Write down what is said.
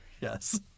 yes